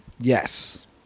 Yes